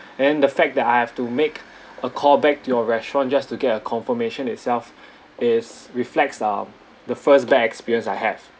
then the fact that I have to make a call back to your restaurant just to get a confirmation itself is reflects um the first bad experience I have